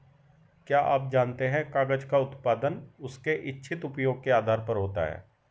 क्या आप जानते है कागज़ का उत्पादन उसके इच्छित उपयोग के आधार पर होता है?